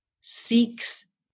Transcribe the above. seeks